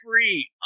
free